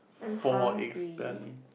four eggs bene~